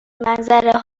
منظره